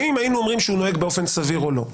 האם היינו אומרים שהוא נוהג באופן סביר או לא?